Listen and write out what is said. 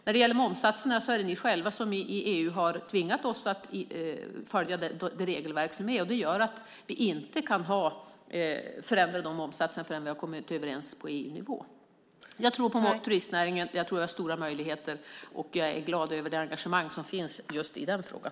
När det gäller momssatserna är det ni själva som i EU har tvingat oss att följa det regelverk som finns. Det gör att vi inte kan förändra momssatserna förrän vi har kommit överens på EU-nivå. Jag tror på turismnäringen; jag tror att den har stora möjligheter. Jag är glad över det engagemang som finns i frågan.